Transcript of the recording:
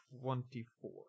twenty-four